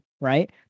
Right